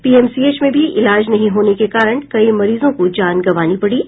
PMCH में भी इलाज नहीं होने के कारण कई मरीजों को जान गंवानी पड़ी